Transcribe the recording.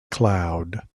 cloud